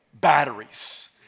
batteries